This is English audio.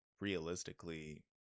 realistically